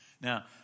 Now